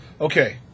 Okay